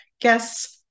guests